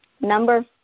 Number